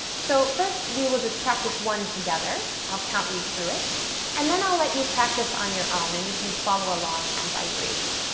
so first we will just practice one together. i'll count you through it and then i'll let you practice on your own, and you can follow along as i breathe.